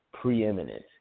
preeminent